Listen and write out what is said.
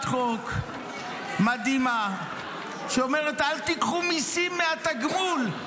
חוק מדהימה שאומרת: אל תיקחו מסים מהתגמול,